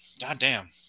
Goddamn